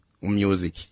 music